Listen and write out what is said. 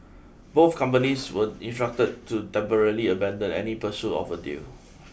both companies were instruct to temporarily abandon any pursuit of a deal